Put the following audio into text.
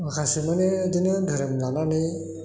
माखासे माने बिदिनो धोरोम लानानै